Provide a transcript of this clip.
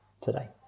today